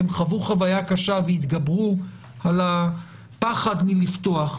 הן חוו חוויה קשה והתגברו על הפחד לפתוח.